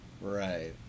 Right